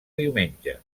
diumenge